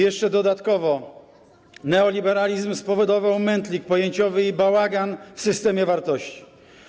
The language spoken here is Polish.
Jeszcze dodatkowo neoliberalizm spowodował mętlik pojęciowy i bałagan w systemie wartości.